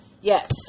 Yes